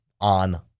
on